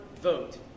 vote